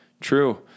true